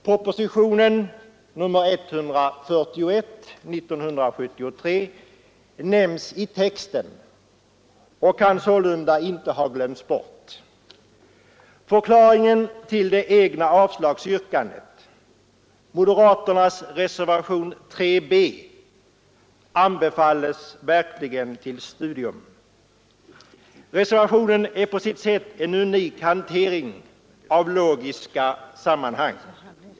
Propositionen nr 141 år 1973 nämns i texten och kan således inte ha glömts bort. Förklaringen till avslagsyrkandet på den egna motionen, moderaternas reservation 3 b, anbefalls verkligen till studium. Reservationen är på sitt sätt en unik hantering av logiska sammanhang.